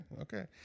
okay